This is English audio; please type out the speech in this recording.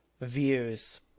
views